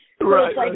right